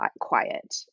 quiet